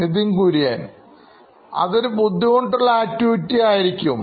Nithin Kurian COO Knoin Electronics അതൊരു ബുദ്ധിമുട്ടുള്ള activity ആയിരിക്കും